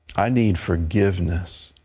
i need forgiveness.